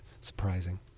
surprising